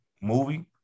movie